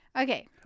Okay